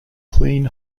clean